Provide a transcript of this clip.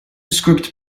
script